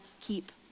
keep